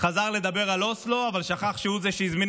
חזר לדבר על אוסלו אבל שכח שהוא זה שהזמין